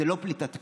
זו לא פליטת פה,